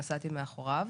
שנסעתי מאחוריו,